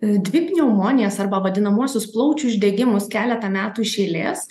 dvi pneumonijas arba vadinamuosius plaučių uždegimus keletą metų iš eilės